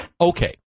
Okay